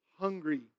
hungry